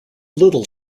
little